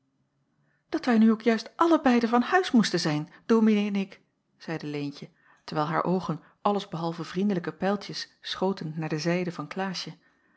dat wij nu ook juist alle beiden van huis moesten zijn dominee en ik zeide leentje terwijl haar oogen alles behalve vriendelijke pijltjes schoten naar de zijde van klaasje